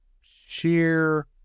sheer